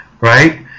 Right